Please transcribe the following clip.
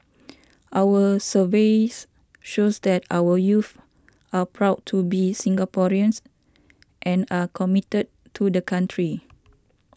our surveys shows that our youths are proud to be Singaporeans and are committed to the country